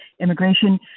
immigration